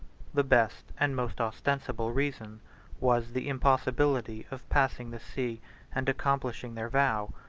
the best and most ostensible reason was the impossibility of passing the sea and accomplishing their vow,